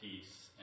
peace